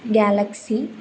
galaxy